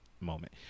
moment